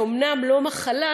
זו אומנם לא מחלה,